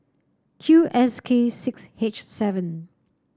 Q S K six H seven